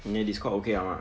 你的 Discord okay liao mah